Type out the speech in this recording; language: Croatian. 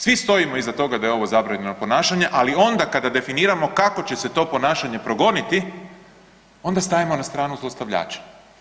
Svi stojimo iza toga da je ovo zabranjeno ponašanje, ali onda kada definiramo kako će se to ponašanje progoniti onda stajemo na stranu zlostavljača.